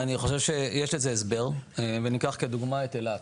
אני חושב שיש לזה הסבר וניקח כדוגמא את אילת,